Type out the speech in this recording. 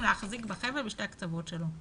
להחזיק בחבל משני הקצוות שלו.